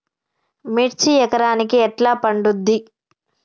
మిర్చి ఎకరానికి ఎట్లా పండుద్ధి?